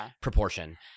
proportion